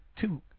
two